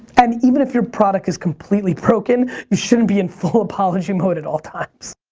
and even if your product is completely broken you shouldn't be in full apology mode at all times.